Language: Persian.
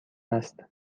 است